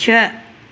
छह